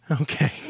Okay